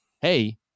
Hey